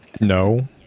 no